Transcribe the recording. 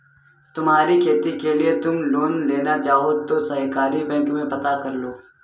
तुम्हारी खेती के लिए तुम लोन लेना चाहो तो सहकारी बैंक में पता करलो